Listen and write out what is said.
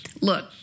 Look